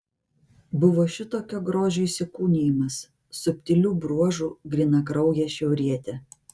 buvo šitokio grožio įsikūnijimas subtilių bruožų grynakraujė šiaurietė